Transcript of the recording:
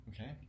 Okay